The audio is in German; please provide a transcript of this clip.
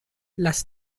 lass